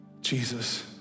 Jesus